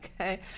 Okay